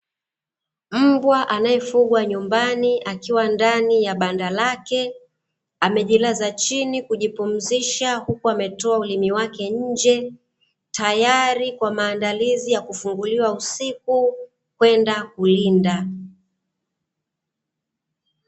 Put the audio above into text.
Mbwa anayefugwa wa nyumbani akiwa ndani ya banda lake, amejilaza chini kujipumzisha, huku ametoa ulimi wake nje, tayari kwa maandalizi ya kufunguliwa usiku kwenda kulinda.